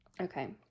Okay